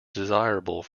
desirable